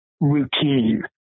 routine